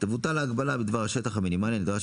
תבוטל ההגבלה בדבר השטח המינימלי הנדרש